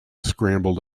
scrambled